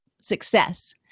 Success